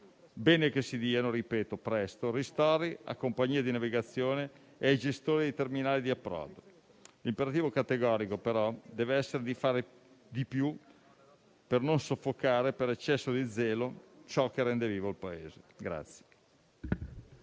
Bene che si diano - ripeto - presto ristori a compagnie di navigazione e gestori dei terminali di approdo. L'imperativo categorico, però, deve essere di fare di più per non soffocare, per eccesso di zelo, ciò che rende vivo il Paese.